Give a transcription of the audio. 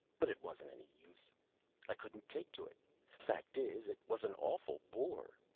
but it wasn't any use i couldn't take to it fact is, it was an awful bore.